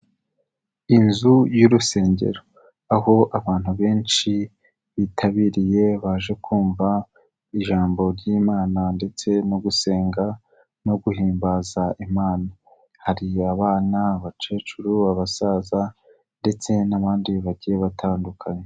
Inzu y'urusengero aho abantu benshi bitabiriye baje kumva ijambo ry'Imana ndetse no gusenga no guhimbaza Imana. Hari abana, abakecuru, abasaza ndetse n'abandi bagiye batandukanye.